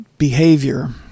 Behavior